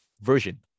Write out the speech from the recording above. version